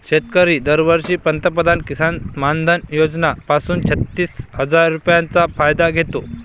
शेतकरी दरवर्षी पंतप्रधान किसन मानधन योजना पासून छत्तीस हजार रुपयांचा फायदा घेतात